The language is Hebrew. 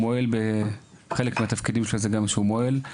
חלק מהתפקידים שלו - הוא מוהל.